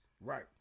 Right